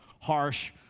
harsh